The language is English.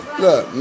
Look